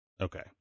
okay